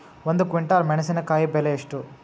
ಒಂದು ಕ್ವಿಂಟಾಲ್ ಮೆಣಸಿನಕಾಯಿ ಬೆಲೆ ಎಷ್ಟು?